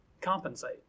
compensate